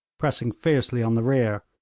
pressing fiercely on the rear,